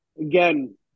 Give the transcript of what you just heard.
again